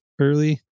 early